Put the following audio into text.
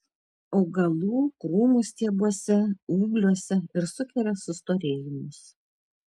augalų krūmų stiebuose ūgliuose ir sukelia sustorėjimus